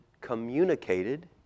communicated